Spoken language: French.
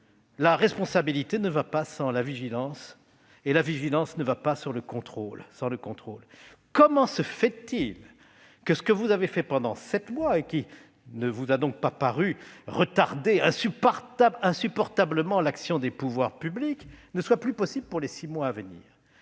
la responsabilité ne va pas sans la vigilance et la vigilance ne va pas sans le contrôle. Comment se fait-il que ce que vous avez fait pendant sept mois, qui ne vous a donc pas paru retarder insupportablement l'action des pouvoirs publics, ne soit plus possible pour les six mois à venir ?